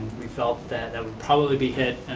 we felt that that would probably be hit,